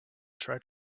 tried